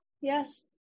yes